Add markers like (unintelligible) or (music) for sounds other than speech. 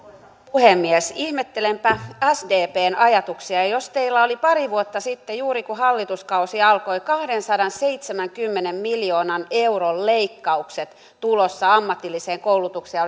puhemies ihmettelenpä sdpn ajatuksia jos teillä oli pari vuotta sitten juuri kun hallituskausi alkoi kahdensadanseitsemänkymmenen miljoonan euron leikkaukset tulossa ammatilliseen koulutukseen ja (unintelligible)